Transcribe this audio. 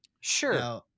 sure